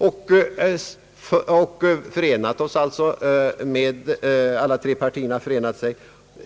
Alla tre partierna har således förenat sig